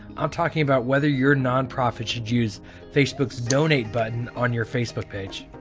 i'm talking about whether your nonprofit should use facebook's donate button on your facebook page.